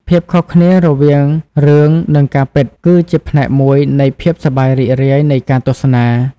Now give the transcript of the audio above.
ភាពខុសគ្នារវាងរឿងនិងការពិតគឺជាផ្នែកមួយនៃភាពសប្បាយរីករាយនៃការទស្សនា។